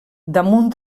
damunt